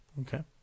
Okay